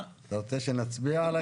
אתה רוצה שנצביע על ההסתייגות?